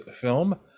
film